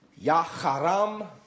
Yaharam